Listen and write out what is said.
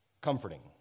comforting